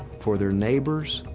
for their neighbors,